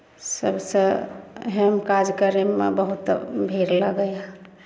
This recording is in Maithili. सभसँ हेम काज करयमे बहुत भीड़ लगै हए